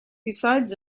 besides